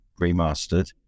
remastered